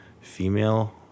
female